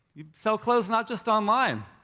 you sell clothes not just online.